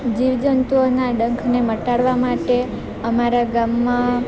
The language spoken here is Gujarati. જીવજંતુઓના ડંખને મટાડવા માટે અમારા ગામમાં